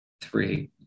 Three